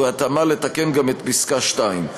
ובהתאמה לתקן גם את פסקה (2).